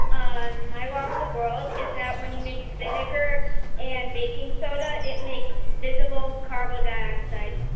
ah my well in the world is that when you mix vinegar and baking soda, it makes visible carbon dioxide.